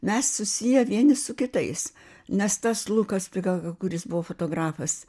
mes susiję vieni su kitais nes tas lukas pigaga kuris buvo fotografas